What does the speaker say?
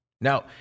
Now-